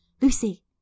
Lucy